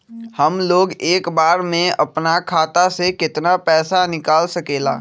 हमलोग एक बार में अपना खाता से केतना पैसा निकाल सकेला?